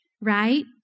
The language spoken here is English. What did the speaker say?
right